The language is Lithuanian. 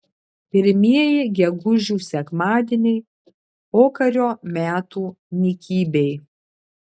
pirmieji gegužių sekmadieniai pokario metų nykybėj